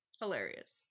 Hilarious